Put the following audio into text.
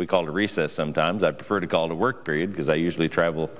we call recess sometimes i prefer to call the work area because i usually travel